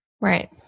Right